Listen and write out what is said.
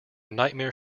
nightmare